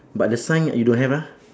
but the sign ah you don't have ah